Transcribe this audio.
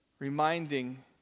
reminding